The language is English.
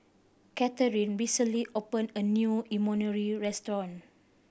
Cathrine recently opened a new Imoni restaurant